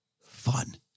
fun